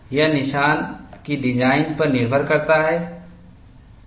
यह निशान के डिजाइन पर निर्भर करता है